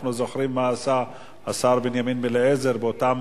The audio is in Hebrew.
אנחנו זוכרים מה עשה השר בנימין בן-אליעזר באותן